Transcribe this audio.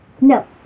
No